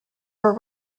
were